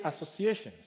associations